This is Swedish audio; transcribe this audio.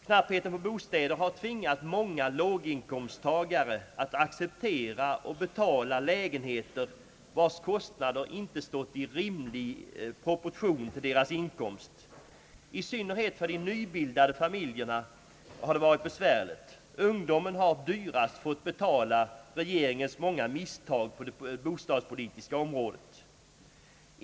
Knappheten på bostäder har tvingat många låginkomsttagare att acceptera och betala lägenheter vilkas kostnad inte stått i rimlig proportion till vederbörandes inkomst. I synnerhet för nybildade familjer har detta varit besvärligt. Ungdomen har dyrast fått betala regeringens många misstag på det bostadspolitiska området.